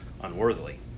unworthily